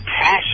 passion